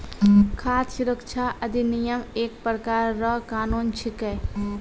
खाद सुरक्षा अधिनियम एक प्रकार रो कानून छिकै